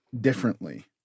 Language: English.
differently